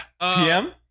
PM